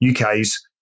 UK's